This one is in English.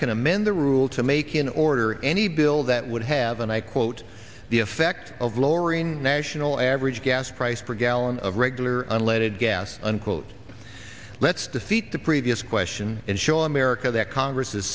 can amend the rule to make in order any bill that would have and i quote the effect of lowering national average gas price per gallon of regular unleaded gas unquote let's defeat the previous question and show america that congress